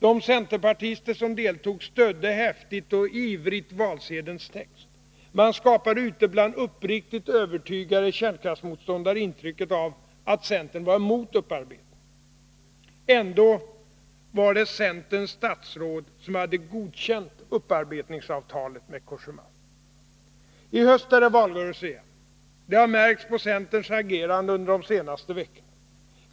De centerpartister som deltog stödde häftigt och ivrigt valsedelns text. Man skapade ute bland uppriktigt övertygade kärnkraftsmotståndare intrycket av att centern var emot upparbetning. Ändå var det centerns statsråd som hade godkänt upparbetningsavtalet med Cogéma. I höst är det valrörelse igen. Det har märkts på centerns agerande under de senaste veckorna.